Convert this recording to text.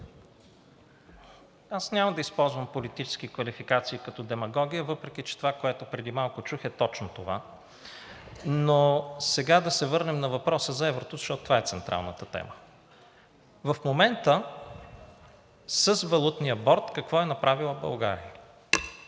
Няма да използвам политически квалификации, като демагогия, въпреки че това, което преди малко чух, е точно това. Сега да се върнем на въпроса за еврото, защото това е централната тема. Какво е направила България